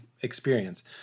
experience